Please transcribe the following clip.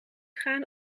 gaan